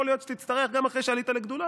יכול להיות שתצטרך גם אחרי שעלית לגדולה,